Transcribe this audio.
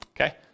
okay